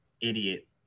idiot